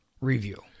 review